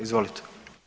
Izvolite.